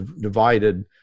divided